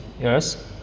Yes